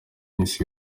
n’isi